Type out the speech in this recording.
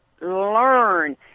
learn